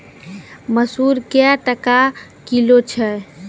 मसूर क्या टका किलो छ?